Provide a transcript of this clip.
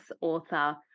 author